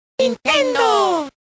¡Nintendo